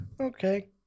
Okay